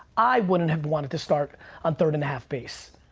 i wouldn't have wanted to start on third and a half base.